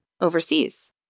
overseas